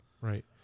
Right